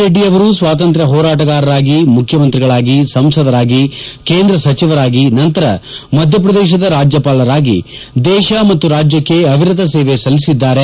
ರೆಡ್ಡಿಯವರು ಸ್ವಾತಂತ್ರ್ ಹೋರಾಟಗಾರರಾಗಿ ಮುಖ್ಯಮಂತ್ರಿಗಳಾಗಿ ಸಂಸದರಾಗಿ ಕೇಂದ್ರ ಸಚಿವರಾಗಿ ನಂತರ ಮಧ್ಯಪ್ರದೇಶದ ರಾಜ್ಯಪಾಲರಾಗಿ ದೇಶ ಮತ್ತು ರಾಜ್ಯಕ್ಕೆ ಅವಿರತ ಸೇವೆ ಸಲ್ಲಿಸಿದ್ದಾರೆ